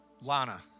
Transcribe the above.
Lana